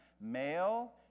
Male